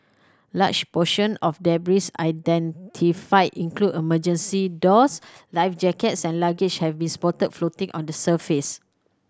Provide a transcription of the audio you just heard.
large portion of debris identified include emergency doors life jackets and luggage have been spotted floating on the surface